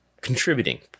contributing